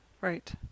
right